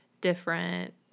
different